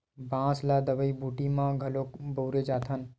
बांस ल दवई बूटी म घलोक बउरे जाथन